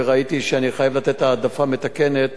וראיתי שאני חייב לתת העדפה מתקנת